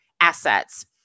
assets